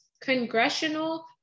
Congressional